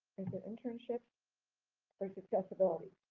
it internships or accessibility?